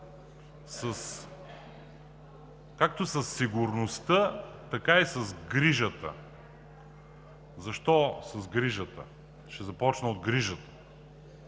както със сигурността, така и с грижата. Защо с грижата? Ще започна от нея.